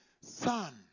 son